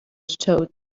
told